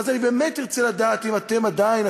ואז אני באמת ארצה לדעת אם אתם עדיין,